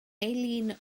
eileen